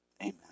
amen